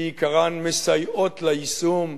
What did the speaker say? שבעיקרן מסייעות ליישום.